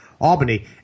Albany